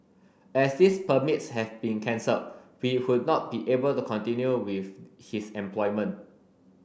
as these permits have been cancelled we would not be able to continue with his employment